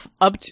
up